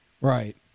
Right